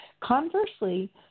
Conversely